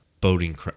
boating